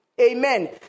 Amen